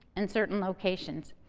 in certain locations.